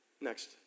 Next